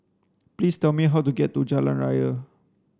please tell me how to get to Jalan Raya